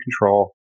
control